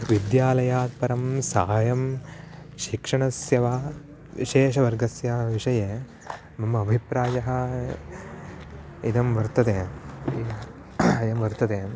विद्यालयात् परं सहाय्यं शिक्षणस्य वा विशेषवर्गस्य विषये मम अभिप्रायः इदं वर्तते अयं वर्तते